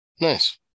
Nice